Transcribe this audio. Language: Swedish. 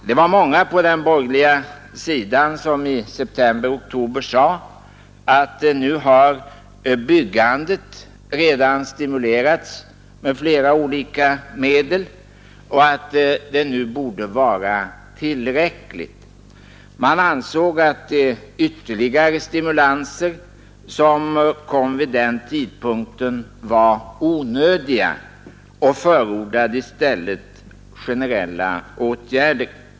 Det var många på den borgerliga sidan som i september-oktober sade att nu har byggandet redan stimulerats med flera olika medel och att det borde vara tillräckligt. Man ansåg att ytterligare stimulans vid den tidpunkten var onödig och förordade i stället generella åtgärder.